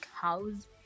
house